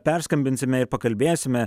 perskambinsime ir pakalbėsime